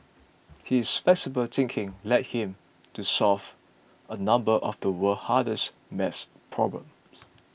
his flexible thinking led him to solve a number of the world's hardest maths problems